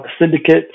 syndicate